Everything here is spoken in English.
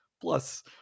Plus